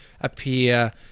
Appear